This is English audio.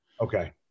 okay